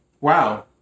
Wow